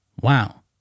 Wow